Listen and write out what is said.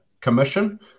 Commission